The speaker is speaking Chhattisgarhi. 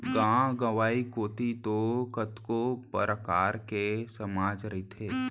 गाँव गंवई कोती तो कतको परकार के समाज रहिथे